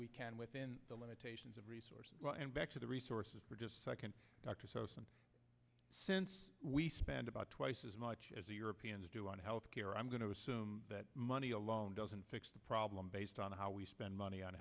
we can within the limitations of resources and back to the resources for just a second doctor so since we spend about twice as much as the europeans do on health care i'm going to assume that money alone doesn't fix the problem based on how we spend money on